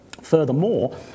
Furthermore